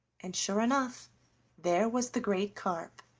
and sure enough there was the great carp,